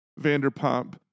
Vanderpump